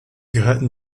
gehörten